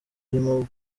arimo